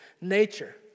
nature